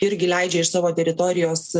irgi leidžia iš savo teritorijos